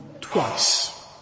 twice